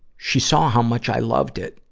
she saw how much i loved it.